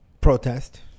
protest